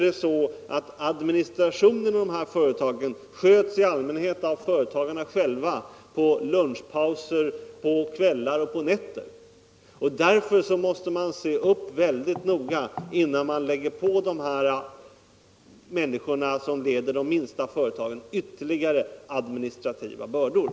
Administrationen i de här företagen sköts i allmänhet av företagarna själva på lunchpauser, på kvällar eller nätter. Därför måste man noga se upp innan man lägger ytterligare administrativa bördor på de människor som leder de minsta företagen.